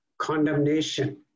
condemnation